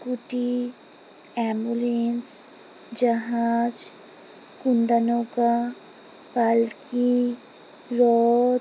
scooty ambulance জাহাজ কুন্ডা নৌকা পালকি রথ